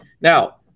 Now